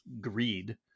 greed